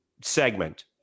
segment